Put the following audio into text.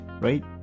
right